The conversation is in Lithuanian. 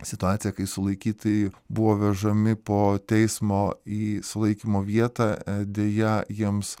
situacija kai sulaikytieji buvo vežami po teismo į sulaikymo vietą deja jiems